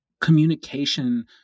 communication